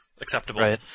acceptable